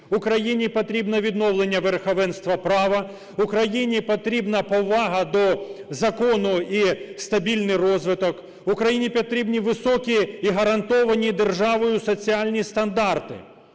Україні потрібне відновлення верховенства права, Україні потрібна повага до закону і стабільний розвиток, Україні потрібні високі і гарантовані державою соціальні стандарти.